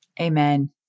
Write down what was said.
Amen